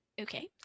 Okay